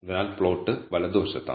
അതിനാൽ പ്ലോട്ട് വലതുവശത്താണ്